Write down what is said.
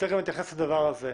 צריך גם להתייחס לדבר הזה.